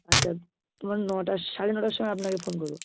আচ্ছা ধরুন নটা সাড়ে নটার সময় আপনাকে ফোন করবো